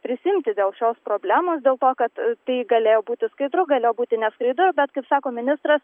prisiimti dėl šios problemos dėl to kad tai galėjo būti skaidru galėjo būti neskaidru bet kaip sako ministras